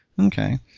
okay